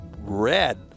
red